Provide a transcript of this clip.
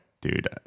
dude